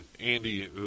Andy